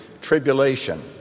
Tribulation